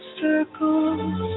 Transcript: circles